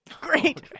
Great